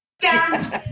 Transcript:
down